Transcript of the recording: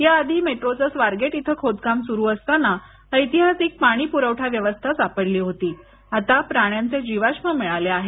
या आधी मेट्रोचं स्वारगेट इथं खोदकाम सुरू असताना ऐतिहासिक पाणी प्रवठा व्यवस्था सापडली होती आता प्राण्यांचे जीवाश्म मिळाले आहेत